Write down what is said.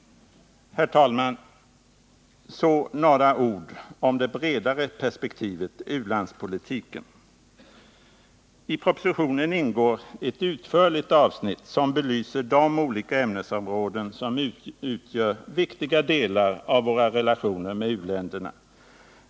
Herr talman! Så några ord om det bredare perspektivet — u-landspolitiken. I propositionen ingår ett utförligt avsnitt som belyser de olika ämnesområden som utgör viktiga delar av våra relationer med u-länderna.